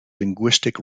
linguistic